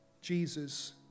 Jesus